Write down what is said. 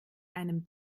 einem